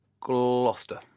Gloucester